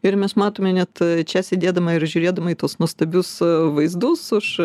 ir mes matome net čia sėdėdama ir žiūrėdama į tuos nuostabius vaizdus už